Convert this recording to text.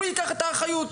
הוא ייקח את האחריות,